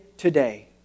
Today